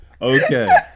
Okay